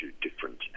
different